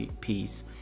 peace